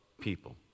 people